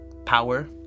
power